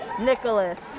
Nicholas